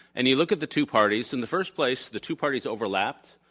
and you look at the two parties. in the first place, the two parties overlapped